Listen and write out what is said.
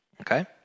Okay